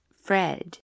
Fred